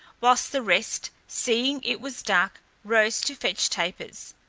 whilst the rest, seeing it was dark, rose to fetch tapers.